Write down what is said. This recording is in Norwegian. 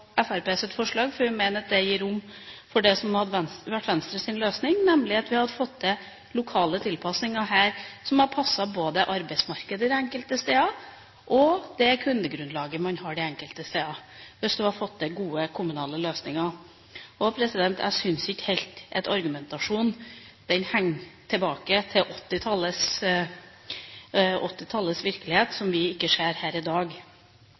forslag, for vi mener at det gir rom for det som hadde vært Venstres løsning, nemlig at vi hadde fått til lokale tilpasninger som hadde passet både arbeidsmarkedet på hvert enkelt sted og kundegrunnlaget på hvert enkelt sted. Jeg syns at argumentasjonen er tilbake i 1980-tallets virkelighet, som vi ikke ser her i dag. Hadde det vært slik at